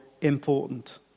important